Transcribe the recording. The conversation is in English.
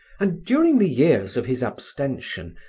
and during the years of his abstention,